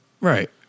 Right